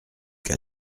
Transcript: qu’à